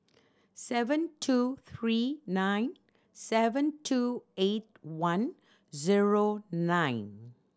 seven two three nine seven two eight one zero nine